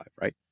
right